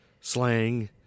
slang